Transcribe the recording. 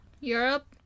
Europe